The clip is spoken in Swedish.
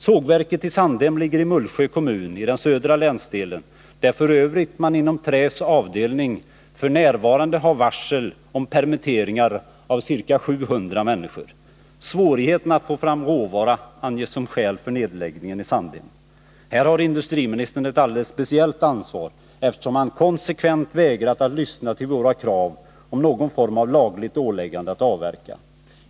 Sågverket i Sandhem ligger i Mullsjö kommun i den södra länsdelen, där man inom Träs avdelning f.n. har varsel om permittering av ca 700 människor. Svårigheten att få fram råvara anges som skäl för nedläggningen i Sandhem. Här har industriministern ett alldeles speciellt ansvar, eftersom han konsekvent vägrat att lyssna till våra krav på någon form av lagligt åläggande att avverka. Herr talman!